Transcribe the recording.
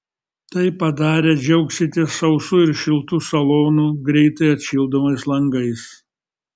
tai padarę džiaugsitės sausu ir šiltu salonu greitai atšildomais langais